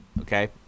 okay